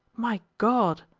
my god!